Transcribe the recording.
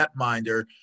netminder